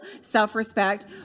self-respect